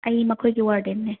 ꯑꯩ ꯃꯈꯣꯏꯒꯤ ꯋꯥꯔꯗꯦꯟꯅꯦ